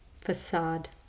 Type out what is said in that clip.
facade